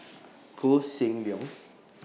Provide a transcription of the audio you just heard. Koh Seng Leong